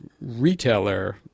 retailer